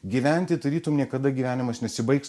gyventi tarytum niekada gyvenimas nesibaigs